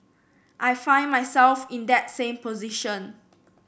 I find myself in that same position